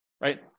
right